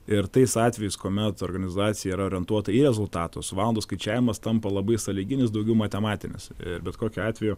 ir tais atvejais kuomet organizacija yra orientuota į rezultatus valandų skaičiavimas tampa labai sąlyginis daugiau matematinis bet kokiu atveju